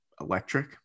electric